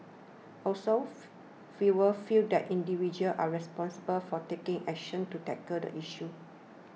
also fewer feel that individuals are responsible for taking action to tackle the issue